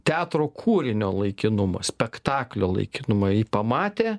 teatro kūrinio laikinumą spektaklio laikinumą jį pamatė